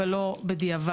שלך.